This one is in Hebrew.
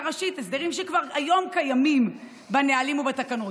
ראשית הסדרים שכבר היום קיימים בנהלים ובתקנות.